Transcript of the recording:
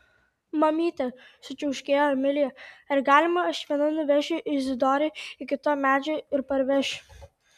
mamyte sučiauškėjo emilija ar galima aš viena nuvešiu izidorių iki to medžio ir parvešiu